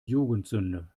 jugendsünde